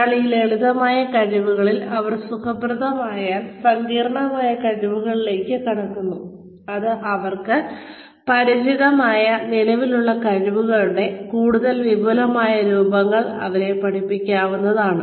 ഒരിക്കൽ ഈ ലളിതമായ കഴിവുകളിൽ അവർ സുഖപ്രദമായാൽ സങ്കീർണ്ണമായ കഴിവുകളിലേക്ക് കടക്കുന്നു അത് അവർക്ക് പരിചിതമായ നിലവിലുള്ള കഴിവുകളുടെ കൂടുതൽ വിപുലമായ രൂപങ്ങൾ അവരെ പഠിപ്പിക്കുന്നതാണ്